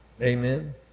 Amen